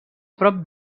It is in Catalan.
prop